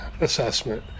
assessment